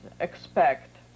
expect